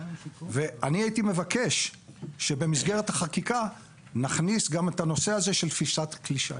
אני מבקש שבמסגרת החקיקה יוכנס גם הנושא הזה של תפיסת כלי שיט.